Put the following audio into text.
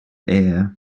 heir